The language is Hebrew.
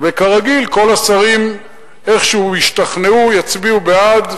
וכרגיל, כל השרים איכשהו ישתכנעו, יצביעו בעד,